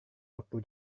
waktu